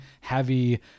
heavy